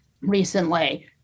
recently